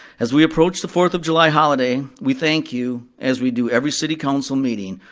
as we approach the fourth of july holiday, we thank you, as we do every city council meeting,